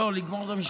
לא, לגמור את המשפט.